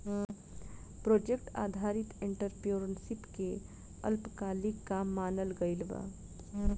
project आधारित entrepreneurship के अल्पकालिक काम मानल गइल बा